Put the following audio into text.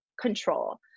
control